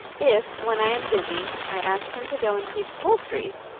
if, when i am busy, i ask him to go and feed the poultry,